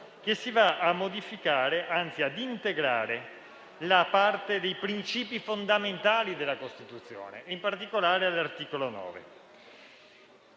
che si va a modificare, anzi ad integrare, la parte dei principi fondamentali della Costituzione, in particolare l'articolo 9.